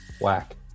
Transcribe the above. Whack